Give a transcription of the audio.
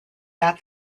that